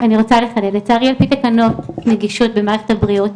על פי תקנות נגישות במערכת הבריאות,